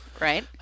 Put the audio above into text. Right